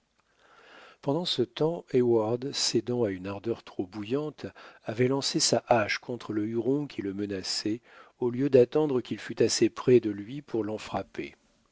pendant ce temps heyward cédant à une ardeur trop bouillante avait lancé sa hache contre le huron qui le menaçait au lieu d'attendre qu'il fût assez près de lui pour l'en frapper